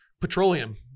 petroleum